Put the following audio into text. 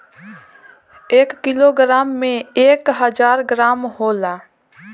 एक किलोग्राम में एक हजार ग्राम होला